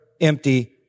empty